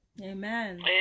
Amen